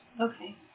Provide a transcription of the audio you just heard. Okay